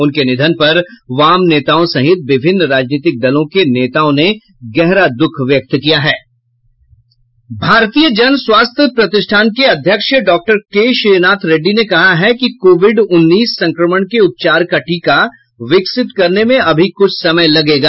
उनके निधन पर वाम नेताओं सहित विभिन्न राजनीतिक दलों के नेताओं ने गहरा द्ःख व्यक्त किया है भारतीय जन स्वास्थ्य प्रतिष्ठान के अध्यक्ष डॉक्टर के श्रीनाथ रेड्डी ने कहा है कि कोविड उन्नीस संक्रमण के उपचार का टीका विकसित करने में अभी कुछ समय लगेगा